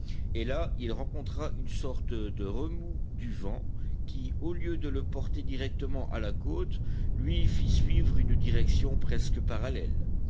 et là il rencontra une sorte de remous du vent qui au lieu de le porter directement à la côte lui fit suivre une direction presque parallèle